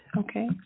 Okay